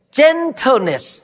gentleness